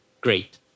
great